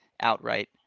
outright